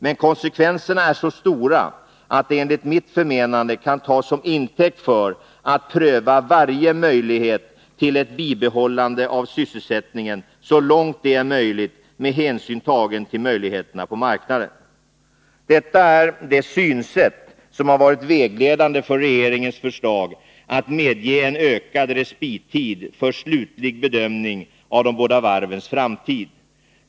Men konsekvenserna är så stora att de enligt mitt förmenande kan tas som intäkt för att pröva varje möjlighet till ett bibehållande av sysselsättningen så långt det är möjligt, med hänsyn tagen till möjligheterna på marknaden. Detta är det synsätt som har varit vägledande för regeringens förslag att medge en ökad respittid för slutlig bedömning av de båda varvens framtid.